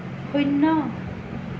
শূন্য